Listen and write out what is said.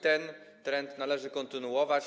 Ten trend należy kontynuować.